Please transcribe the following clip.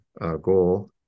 goal